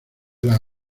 las